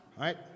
right